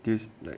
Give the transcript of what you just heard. this